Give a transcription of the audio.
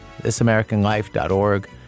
thisamericanlife.org